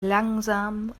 langsam